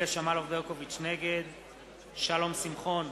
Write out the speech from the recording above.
(קורא בשמות חברי הכנסת) שלום שמחון,